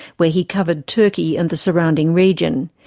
where he covered turkey and the surrounding region.